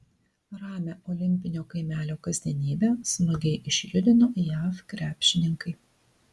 ramią olimpinio kaimelio kasdienybę smagiai išjudino jav krepšininkai